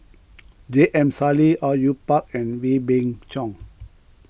J M Sali Au Yue Pak and Wee Beng Chong